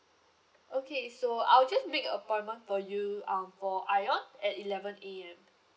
okay so I'll just make a appointment for you um for ION at eleven A_M